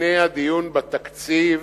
לפני הדיון בתקציב,